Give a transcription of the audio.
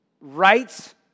rights